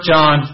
John